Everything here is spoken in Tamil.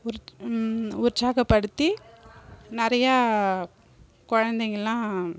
உற் உற்சாகப்படுத்தி நிறையா குழந்தைங்கல்லாம்